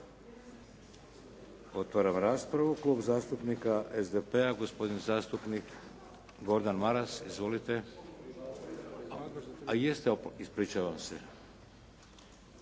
Otvaram raspravu. Klub zastupnika SDP-a, gospodin zastupnik Gordan Maras. Izvolite. … /Upadica se